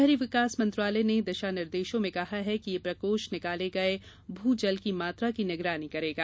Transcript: शहरी विकास मंत्रालय ने दिशा निर्देशों में कहा कि यह प्रकोष्ठ निकाले गए भू जल की मात्रा की निगरानी करेगा